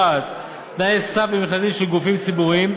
הקובעת תנאי סף במכרזים של גופים ציבוריים,